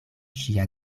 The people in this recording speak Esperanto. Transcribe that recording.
ŝia